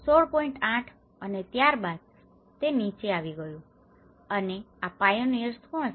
8 અને ત્યરબાદ તે નીચે આવી ગયુ અને આ પાયોનિઅર્સ કોણ છે